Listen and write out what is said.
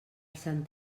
sant